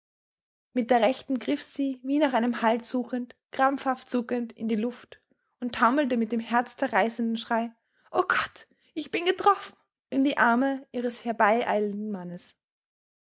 mit der rechten griff sie wie nach einem halt suchend krampfhaft zuckend in die luft und taumelte mit dem herzzerreißenden schrei o gott ich bin getroffen in die arme ihres herbeieilenden mannes